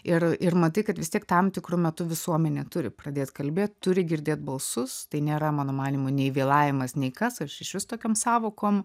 ir ir matai kad vis tiek tam tikru metu visuomenė turi pradėt kalbėt turi girdėt balsus tai nėra mano manymu nei vėlavimas nei kas aš išvis tokiom sąvokom